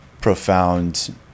profound